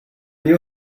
you